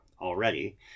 already